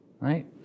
Right